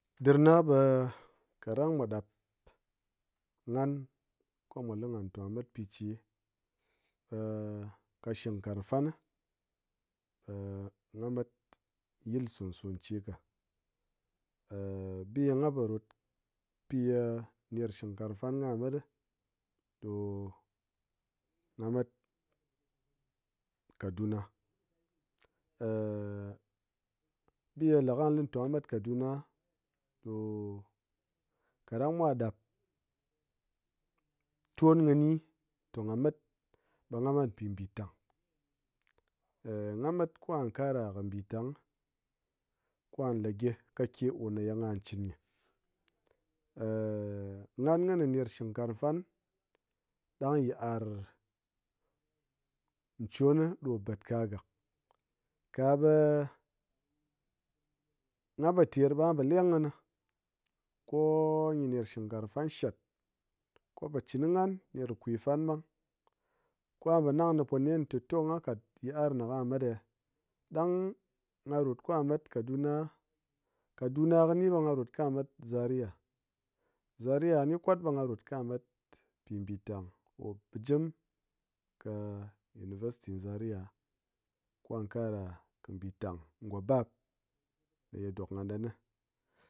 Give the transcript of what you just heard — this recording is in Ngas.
Dɨr na ɓe káɗang mwa ɗap ghan ko le ghán ta mat pi che ka shɨk nkárng fan, ɓe ghaa mat yil son son che ka bi ye ghan po rot ner shɨk nkarng fan ka met, ɗo gha mat kaduna biye le ka le té gha mat kaduna ɗo kaɗang mwa ɗap ton kɨni to gha mat, ɓe gha mat mpi bitang gha mat ko gha kara mbitang ko gha le gyɨ kake o ne ye gha chin nyi ghan ghan ner shɨk nkarng fan ɗang yit'ar nchon ɗo bad ka gák ka be gha po ter ɓe ghan po leng kɨné ko nyi ner shik nkarng fan shát, ko po chin ghan ner kwi fan ɓang ko ghan po nang kɨné po nen té to gha kat yit'ar ne ka mat ɗe, ɗang gha rot ka mat kaduna, kaduna kɨnyi ba rot ka mat zaria, zaria nyi kwat ɓe gha rot ko gha mat mpi mbitang ko bɨjɨm ka university zaria ko a kara mbitáng ngo bab ye dok ye dok gha ɗen